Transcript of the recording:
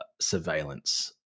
surveillance